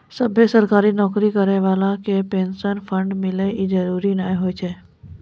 सभ्भे सरकारी नौकरी करै बाला के पेंशन फंड मिले इ जरुरी नै होय छै